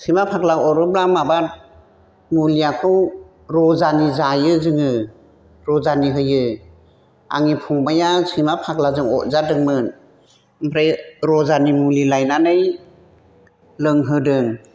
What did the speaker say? सैमा फग्ला अरोब्ला माबा मुलियाखौ रजानि जायो जोङो रजानि होयो आंनि फंबाइआ सैमा फाग्लाजों अथजादोंमोन ओमफ्राय रजानि मुलि लायनानै लोंहोदों